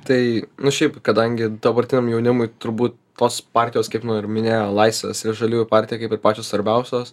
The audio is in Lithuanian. tai nu šiaip kadangi dabartiniam jaunimui turbūt tos partijos kaip nu ir minėjo laisvės ir žaliųjų partija kaip ir pačios svarbiausios